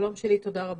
תודה רבה.